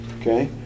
Okay